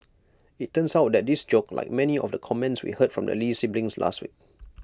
IT turns out that this joke like many of the comments we heard from the lee siblings this week